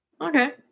Okay